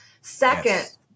Second